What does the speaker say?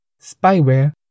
spyware